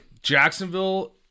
Jacksonville